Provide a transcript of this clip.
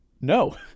no